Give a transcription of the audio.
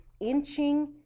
inching